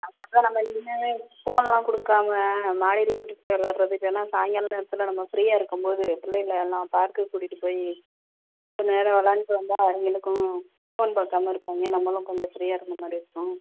அதனால் தான் நம்ப இனிமே ஃபோன் எல்லாம் கொடுக்காம மாடியில் கூட்டிகிட்டு போய் விளையாடுவது இல்லைனா சாயங்காலம் நேரத்தில் நம்ம ஃபிரீயாகருக்கும்போது பிள்ளைகளை எல்லாம் பார்க்குக்கு கூட்டிகிட்டு போய் கொஞ்சம் நேரம் விளையாடிட்டு வந்தால் இவங்களுக்கும் ஃபோன் பாக்காமல் இருப்பாங்க நம்மளும் கொஞ்சம் ஃபிரீயாக இருந்த மாதிரி இருக்கும்